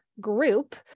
group